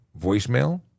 voicemail